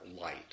light